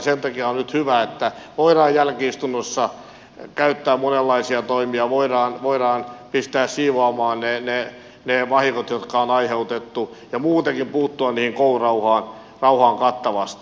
sen takia on nyt hyvä että voidaan jälki istunnossa käyttää monenlaisia toimia voidaan pistää siivoamaan ne vahingot jotka on aiheutettu ja muutenkin puuttua koulurauhaan kattavasti